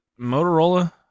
Motorola